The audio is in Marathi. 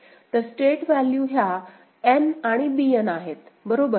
तर स्टेट व्हॅल्यू ह्या N आणि Bn आहेत बरोबर